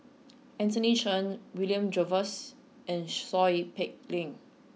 Anthony Chen William Jervois and Seow Peck Leng